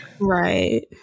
Right